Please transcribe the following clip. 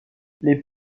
les